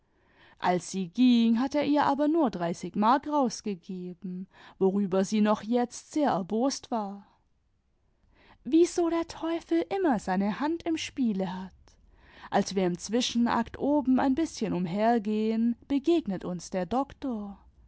als sie ging hat er ihr aber nur dreißig mark rausgegeben worüber sie noch jetzt sehr erbost war wie so der teufel immer seine hand im spiele hat als wir im zwischenakt oben ein bißchen umhergehen begegnet uns der doktor